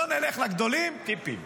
לא נלך לגדולים -- טיפים.